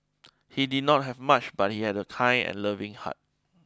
he did not have much but he had a kind and loving heart